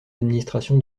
d’administration